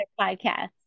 podcast